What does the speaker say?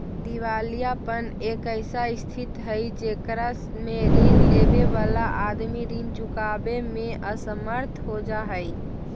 दिवालियापन एक ऐसा स्थित हई जेकरा में ऋण लेवे वाला आदमी ऋण चुकावे में असमर्थ हो जा हई